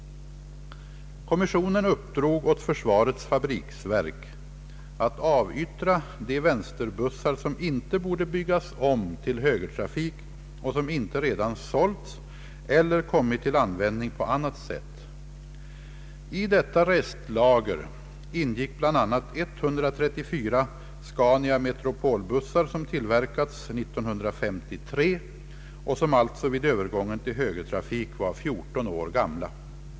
Kommissionen uppdrog åt försvarets fabriksverk att avyttra de vänsterbussar som inte borde byggas om till högertrafik och som inte redan sålts eller kommit till användning på annat sätt. I detta restlager ingick bl.a. 134 Scania-Metropolbussar som tillverkats år 1953 och som alltså vid övergången till högertrafik var 14 år gamla.